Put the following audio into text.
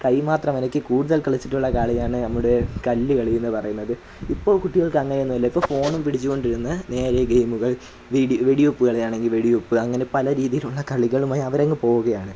കൈ മാത്രമനക്കി കൂടുതൽ കളിച്ചിട്ടുള്ള കളിയാണ് നമ്മുടെ കല്ലുകളിയെന്നു പറയുന്നത് ഇപ്പോൾ കുട്ടികൾക്കങ്ങനെയൊന്നുമില്ല ഇപ്പോൾ ഫോണും പിടിച്ചുകൊണ്ടിരുന്ന് നേരെ ഗെയിമുകൾ വീടി വെടിവയ്പ്പു കളിയാണെങ്കിൽ വെടിവെപ്പ് അങ്ങനെ പലരീതിയിലുള്ള കളികളുമായി അവരങ്ങ് പോകുകയാണ്